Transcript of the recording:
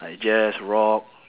like jazz rock